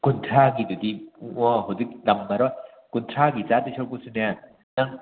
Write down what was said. ꯀꯨꯟꯊ꯭ꯔꯥꯒꯤꯗꯨꯗꯤ ꯏꯕꯨꯡꯉꯣ ꯍꯧꯖꯤꯛ ꯇꯝꯃꯔꯣꯏ ꯀꯨꯟꯊ꯭ꯔꯥꯒꯤ ꯆꯥꯗꯣꯏ ꯁꯔꯨꯛꯄꯨꯁꯨꯅꯦ ꯅꯪ